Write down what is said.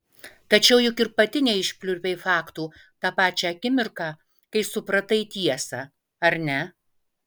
tačiau juk ir pati neišpliurpei faktų tą pačią akimirką kai supratai tiesą ar ne